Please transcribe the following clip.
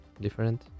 different